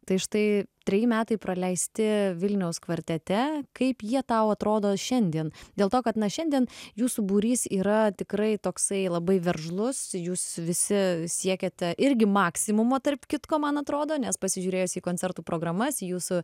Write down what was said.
tai štai treji metai praleisti vilniaus kvartete kaip jie tau atrodo šiandien dėl to kad na šiandien jūsų būrys yra tikrai toksai labai veržlus jūs visi siekiate irgi maksimumo tarp kitko man atrodo nes pasižiūrėjus į koncertų programas jūsų